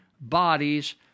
bodies